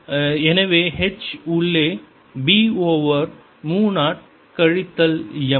எனவே H உள்ளே B over மு 0 கழித்தல் M